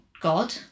God